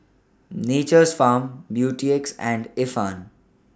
Nature's Farm Beautex and Ifan